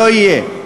לא יהיה.